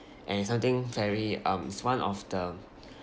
and it's something very um it's one of the